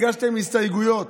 הגשתם הסתייגויות.